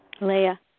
Leah